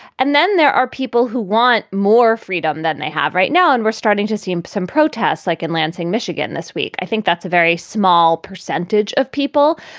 and then there are people who want more freedom than they have right now. and we're starting to see some protests like in lansing, michigan, this week. i think that's a very small percentage of people.